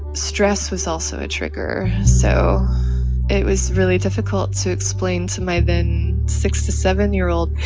stress was also a trigger. so it was really difficult to explain to my then six to seven year old,